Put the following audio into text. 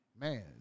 man